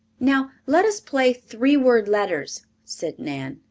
now let us play three-word letters, said nan.